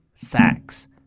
sacks